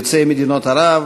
יוצאי מדינות ערב,